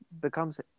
becomes